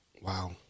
Wow